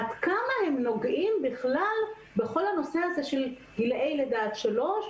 עד כמה הם בכלל נוגעים בכל הנושא הזה של גילי לידה עד שלוש.